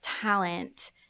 talent